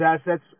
assets